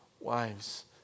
wives